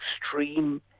extreme